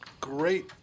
great